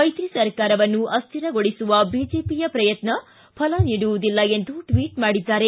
ಮೈತ್ರಿ ಸರ್ಕಾರವನ್ನು ಅಸ್ವಿರಗೊಳಿಸುವ ಬಿಜೆಪಿಯ ಪ್ರಯತ್ನ ಫಲ ನೀಡುವುದಿಲ್ಲ ಎಂದು ಟ್ವಟ್ ಮಾಡಿದ್ದಾರೆ